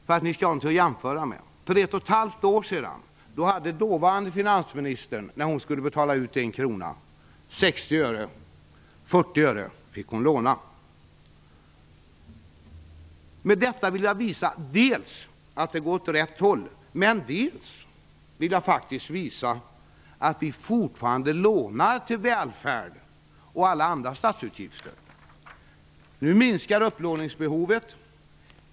För att ha något att jämföra med, så var situationen för 16 månader sedan att när dåvarande finansministern skulle betala ut en krona hade hon bara 60 Med detta vill jag visa att det dels går åt rätt håll, dels att vi faktiskt fortfarande lånar till välfärden och alla andra statsutgifter. Nu minskar upplåningsbehovet.